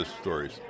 stories